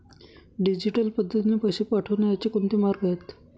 Digital पद्धतीने पैसे पाठवण्याचे कोणते मार्ग आहेत?